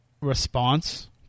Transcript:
response